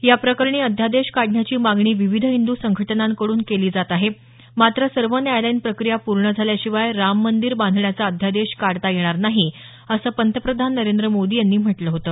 या प्रकरणी अध्यादेश काढण्याची मागणी विविध हिंद् संघटनांकडून केली जात आहे मात्र सर्व न्यायालयीन प्रक्रिया पूर्ण झाल्याशिवाय राम मंदीर बांधण्याचा अध्यादेश काढता येणार नाही असं पंतप्रधान नरेंद्र मोदी यांनी म्हटलं होतं